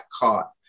caught